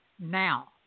now